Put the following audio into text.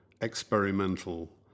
Experimental